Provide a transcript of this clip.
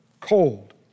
cold